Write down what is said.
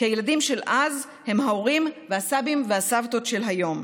כי הילדים של אז הם ההורים והסבים והסבתות של היום.